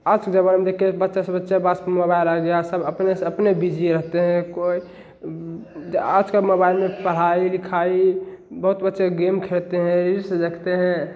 आज के जमाने में देखें बच्चा से बच्चा पास में मोबाइल आ गया सब अपने से अपने बिजी रहते हैं कोई आज कल मोबाइल में पढ़ाई लिखाई बहुत बच्चे गेम खेलते हैं रील्स देखते हैं